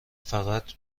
فقط